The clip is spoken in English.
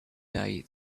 day